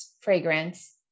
fragrance